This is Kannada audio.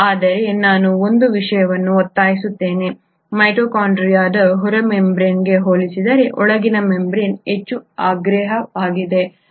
ಆದರೆ ನಾನು ಒಂದು ವಿಷಯವನ್ನು ಒತ್ತಾಯಿಸುತ್ತೇನೆ ಮೈಟೊಕಾಂಡ್ರಿಯದ ಹೊರ ಮೆಂಬರೇನ್ಗೆ ಹೋಲಿಸಿದರೆ ಒಳಗಿನ ಮೆಂಬರೇನ್ ಹೆಚ್ಚು ಅಗ್ರಾಹ್ಯವಾಗಿದೆ